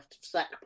sack